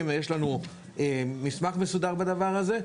ויש לנו מסמך מסודר באשר לדבר הזה.